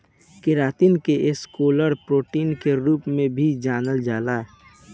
keratin के scleral protein के रूप में भी जानल जाला